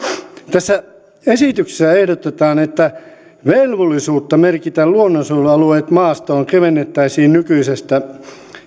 tässä esityksessä ehdotetaan että velvollisuutta merkitä luonnonsuojelualueet maastoon kevennettäisiin nykyisestä